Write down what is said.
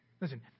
Listen